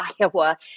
Iowa